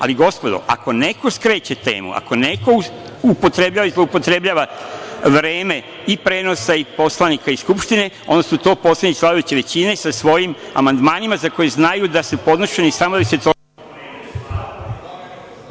Ali, gospodo, ako neko skreće temu, ako neko upotrebljava i zloupotrebljava vreme i prenosa i poslanika i Skupštine, onda su to poslanici vladajuće većine sa svojim amandmanima, za koje znaju da su podnošeni samo da bi se trošilo vreme.